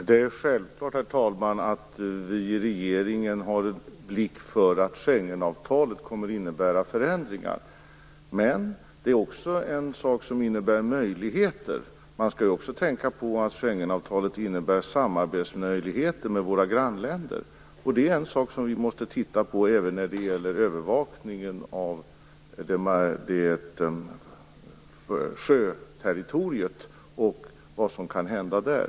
Herr talman! Självklart har vi inom regeringen blick för att Schengenavtalet kommer att innebära förändringar. Men det innebär också möjligheter. Man skall ju också tänka på att Schengenavtalet innebär samarbetsmöjligheter med våra grannländer. Det är en sak som vi måste titta på även när det gäller övervakningen av sjöterritoriet och vad som kan hända där.